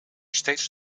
steeds